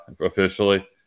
officially